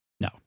No